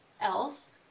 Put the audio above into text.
else